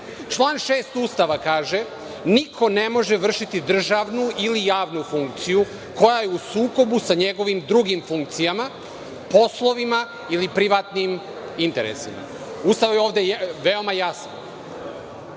6. Ustava kaže da niko ne može vršiti državnu ili javnu funkciju koja je u sukobu sa njegovim drugim funkcijama, poslovima ili privatnim interesima. Ustav je ovde veoma jasan